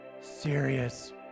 serious